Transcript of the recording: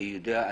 אני יודע,